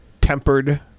tempered